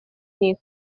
них